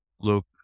look